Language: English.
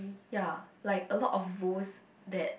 ya like a lot of roles that